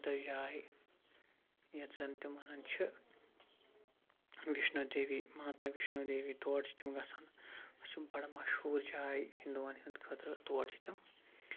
مُقَدَس جاے یَتھ زَن تِم وَنان چھِ وِشنو دیوی ماتا وِشنو دیوی تور چھِ تِم گَژھان سُہ بڑٕ مَشہوٗر جاے ہِندوٗوَن ہِنٛد خٲطرٕ تور چھِ تِم